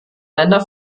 länder